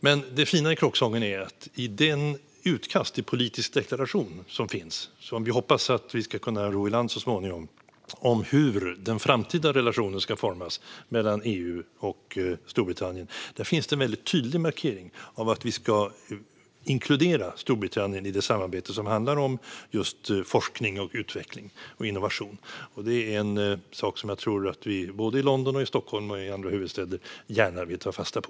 Men det fina i kråksången är att det i det utkast till politisk deklaration om hur den framtida relationen ska formas mellan EU och Storbritannien, som vi hoppas att vi ska kunna ro i land så småningom, finns en tydlig markering om att vi ska inkludera Storbritannien i det samarbete som handlar om just forskning, utveckling och innovation. Det är något som jag tror att man i London, i Stockholm och i andra huvudstäder gärna vill ta fasta på.